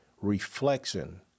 reflection